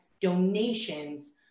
donations